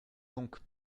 donc